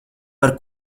par